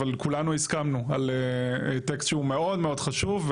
אבל כולנו הסכמנו על העתק שהוא מאוד מאוד חשוב,